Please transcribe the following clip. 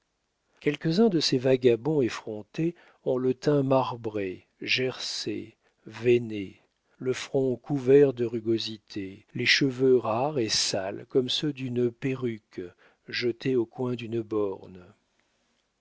quelques-uns de ces vagabonds effrontés ont le teint marbré gercé veiné le front couvert de rugosités les cheveux rares et sales comme ceux d'une perruque jetée au coin d'une borne